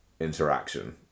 interaction